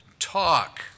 talk